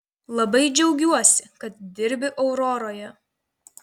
labai džiaugiuosi kad dirbi auroroje